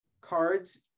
cards